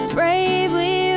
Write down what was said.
Bravely